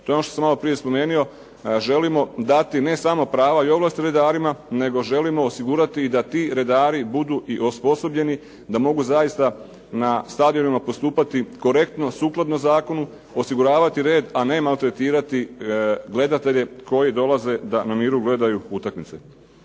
To je ono što sam malo prije spomenuo, želimo dati ne samo prava i ovlasti redarima, nego želimo osigurati i da ti redari budu osposobljeni, da mogu zaista na stadionima postupati korektno, sukladno zakonu, osiguravati red, a ne maltretirati gledatelje koji dolaze da na miru gledaju utakmice.